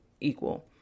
equal